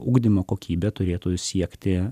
ugdymo kokybė turėtų siekti